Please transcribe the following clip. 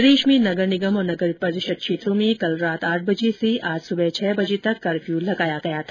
प्रदेश में नगर निगम और नगर परिषद क्षेत्रों में कल रात आठ बजे से आज सुबह छह बजे तक कफ़र्य लगाया गया था